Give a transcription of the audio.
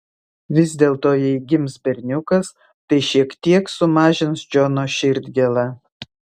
vis dėlto jei gims berniukas tai šiek tiek sumažins džono širdgėlą